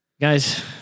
guys